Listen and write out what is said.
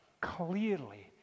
clearly